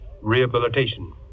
rehabilitation